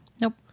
Nope